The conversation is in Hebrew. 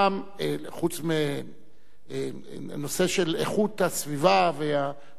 חוץ מהנושא של איכות הסביבה והחיים המשותפים,